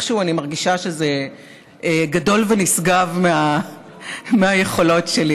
איכשהו אני מרגישה שזה גדול ונשגב מהיכולות שלי.